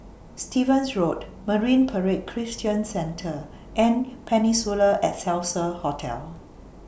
Stevens Road Marine Parade Christian Centre and Peninsula Excelsior Hotel